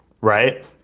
Right